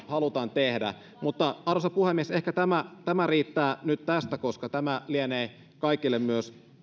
halutaan tehdä mutta arvoisa puhemies ehkä tämä tämä riittää nyt tästä koska tämä lienee kaikille myös